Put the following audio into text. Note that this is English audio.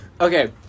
Okay